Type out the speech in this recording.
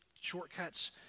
shortcuts